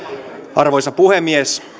arvoisa puhemies